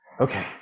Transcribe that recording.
Okay